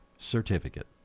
certificate